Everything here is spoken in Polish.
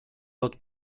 lot